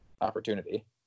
opportunity